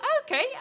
Okay